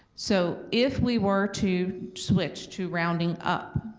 so if we were to switch to rounding up,